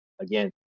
again